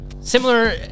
Similar